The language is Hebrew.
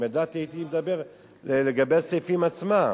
לו ידעתי, הייתי מדבר לגבי הסעיפים עצמם.